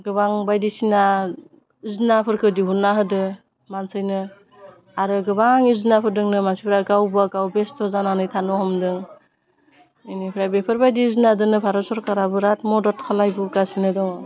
गोबां बायदिसिना जिनाफोरखौ दिहुन्ना होदो मानसिनो आरो गोबां यजनाफोर दोंनो मानसिफोरा गावबा गाव बेस्थ' जानानै थानो हमदों बेनिफ्राय बेफोरबायदि यजनादोनो भारत सरकारा बिरात मदद खालायबोगासिनो दङ